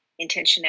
intentionality